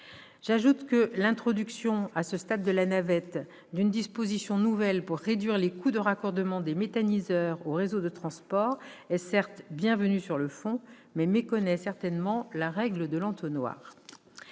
J'ajoute que l'introduction, à ce stade de la navette, d'une disposition nouvelle pour réduire les coûts de raccordement des méthaniseurs aux réseaux de transport est certes bienvenue sur le fond, mais méconnaît certainement la « règle de l'entonnoir »